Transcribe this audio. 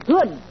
Good